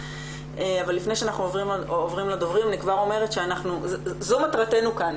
אבל לפני שאנחנו עוברים לדוברים אני אומרת שזו מטרתנו כאן.